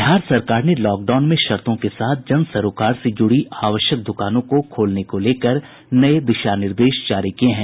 बिहार सरकार ने लॉकडाउन में शर्तो के साथ जन सरोकार से जुड़ी आवश्यक द्रकानों को खोलने को लेकर नये दिशा निर्देश जारी किये हैं